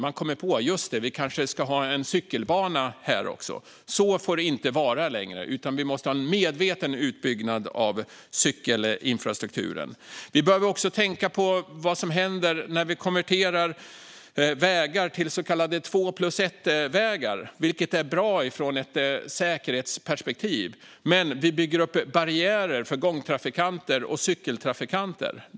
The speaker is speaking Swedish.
Man kommer på: "Just det, vi kanske ska ha en cykelbana här också." Så får det inte vara längre. Vi måste ha en medveten utbyggnad av cykelinfrastrukturen. Vi behöver också tänka på vad som händer när vi konverterar vägar till så kallade två-plus-ett-vägar. De är bra ur ett säkerhetsperspektiv, men vi bygger upp barriärer för gång och cykeltrafikanter.